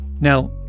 Now